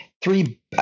three